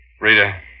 Rita